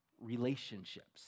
relationships